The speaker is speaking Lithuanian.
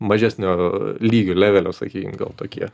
mažesnio lygio levelio sakykim gal tokie